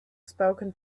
spoken